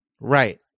Right